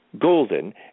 golden